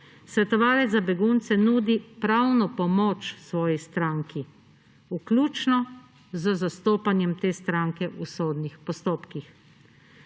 Svetovalec za begunce nudi pravno pomoč svoji stranki, vključno z zastopanjem te stranke v sodnih postopkih.